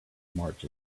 march